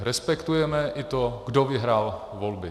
Respektujeme i to, kdo vyhrál volby.